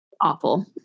awful